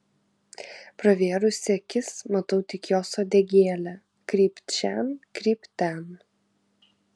pravėrusi akis matau tik jos uodegėlę krypt šen krypt ten